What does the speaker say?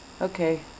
Okay